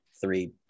three